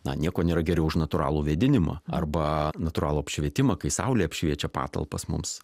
na nieko nėra geriau už natūralų vėdinimą arba natūralų apšvietimą kai saulė apšviečia patalpas mums